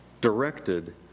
directed